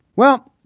well,